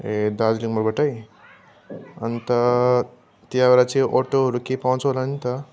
ए दार्जिलिङ मोडबाटै अन्त त्यहाँबाट चाहिँ अटोहरू केही पाउँछ होला नि त